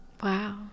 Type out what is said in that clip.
Wow